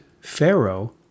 Pharaoh